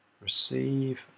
receive